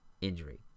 injury